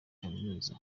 kaminuza